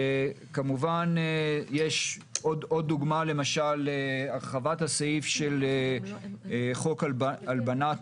עוד דוגמה היא הרחבת הסעיף של חוק הלבנת